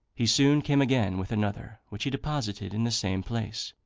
he soon came again with another, which he deposited in the same place,